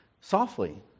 Softly